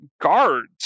guards